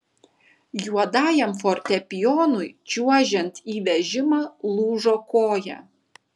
juodajam fortepijonui čiuožiant į vežimą lūžo koja